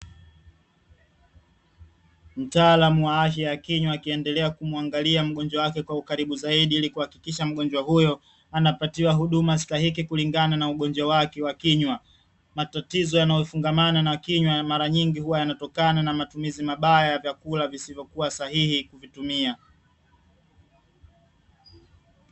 Mtaalamu wa afya ya kinywa, akiendelea kumuangalia mgonjwa wake kwa ukaribu zaidi, ili kuhakikisha mgonjwa huyo anapatiwa huduma stahiki kulingana na ugonjwa wake wa kinywa. Matatizo yanayofungamana na kinywa mara nyingi huwa yanatokana na matumizi mabaya ya vyakula visivyokuwa sahihi kuvitumia.